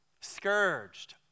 scourged